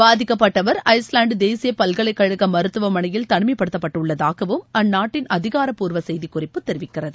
பாதிக்கப்பட்டவர் ஐஸ்பேண்ட் தேசிய பல்கலைக்கழக மருத்துவமனையில் தனிமைப்படுத்தப்பட்டுள்ளதாக அந்நாட்டின் அதிகாரப்பூர்வ செய்திக்குறிப்பு தெரிவிக்கிறது